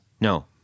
No